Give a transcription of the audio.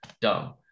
dumb